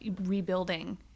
rebuilding